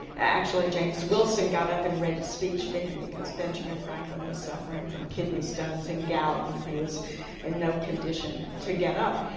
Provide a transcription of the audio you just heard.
actually james wilson got up and read a speech for him because benjamin franklin was suffering from kidney stones and gout and he was in no condition to get up.